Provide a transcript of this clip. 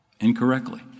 incorrectly